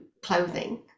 clothing